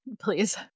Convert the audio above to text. please